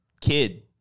kid